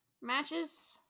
matches